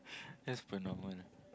as per normal